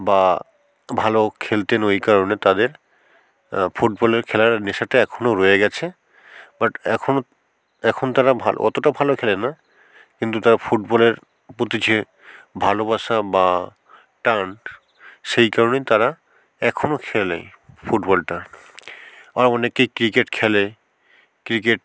বা ভালো খেলতেন ওই কারণে তাদের ফুটবলের খেলার নেশাটা এখনও রয়ে গিয়েছে বাট এখনও এখন তারা ভালো অতটা ভালো খেলে না কিন্তু তারা ফুটবলের প্রতি যে ভালোবাসা বা টান সেই কারণেই তারা এখনও খেলে ফুটবলটা আবার অনেকেই ক্রিকেট খেলে ক্রিকেট